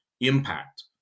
impact